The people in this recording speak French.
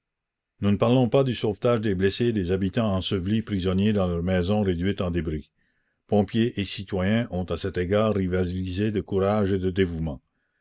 nous ne parlons pas du sauvetage des blessés et des habitants ensevelis prisonniers dans leurs maisons réduites en débris pompiers et citoyens ont à cet égard rivalisé de courage et de dévouement